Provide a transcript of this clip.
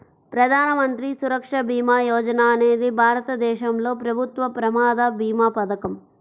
ప్రధాన మంత్రి సురక్ష భీమా యోజన అనేది భారతదేశంలో ప్రభుత్వ ప్రమాద భీమా పథకం